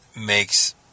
makes